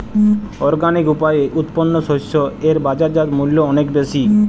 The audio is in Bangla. অর্গানিক উপায়ে উৎপন্ন শস্য এর বাজারজাত মূল্য অনেক বেশি